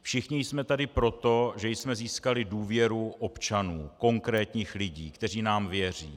Všichni jsme tady proto, že jsme získali důvěru občanů, konkrétních lidí, kteří nám věří.